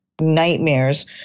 nightmares